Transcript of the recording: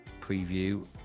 preview